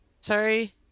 Sorry